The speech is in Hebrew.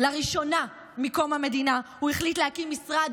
לראשונה מקום המדינה הוא החליט להקים משרד